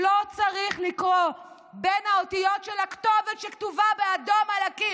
לא צריך לקרוא בין האותיות של הכתובת שכתובה באדום על הקיר.